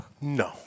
No